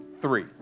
three